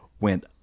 went